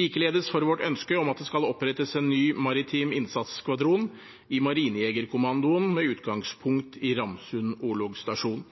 likeledes for vårt ønske om at det skal opprettes en ny maritim innsatsskvadron i Marinejegerkommandoen, med utgangspunkt i Ramsund